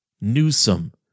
Newsom